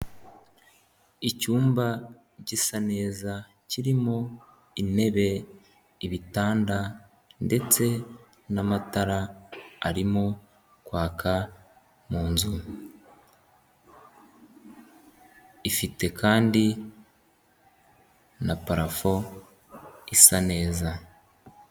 Icyumba gisa neza kirimo intebe, ibitanda ndetse n'amatara arimo kwaka mu nzu, ifite kandi na parafo isa neza.